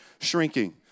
shrinking